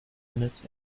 minutes